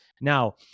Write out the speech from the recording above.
Now